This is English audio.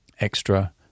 extra